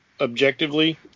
objectively